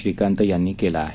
श्रीकांत यांनी केलं आहे